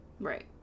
right